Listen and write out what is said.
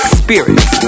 spirits